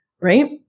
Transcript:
right